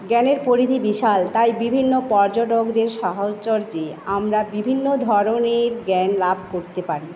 জ্ঞানের পরিধি বিশাল তাই বিভিন্ন পর্যটকদের সাহচর্যে আমরা বিভিন্ন ধরণের জ্ঞান লাভ করতে পারি